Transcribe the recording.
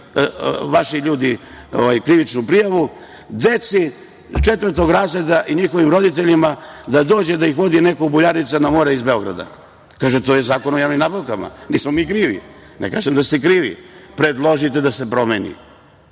vaši ljudi, krivičnu prijavu, četvrtog razreda i njihovim roditeljima da dođe da ih vodi neko u Buljarice na more iz Beograda? Kažu – to je Zakon o javnim nabavkama, nismo mi krivi. Ne kažem da ste krivi, ali predložite da se promeni. Šta